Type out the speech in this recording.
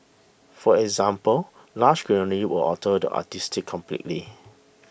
for example lush greenery will alter the artistic completely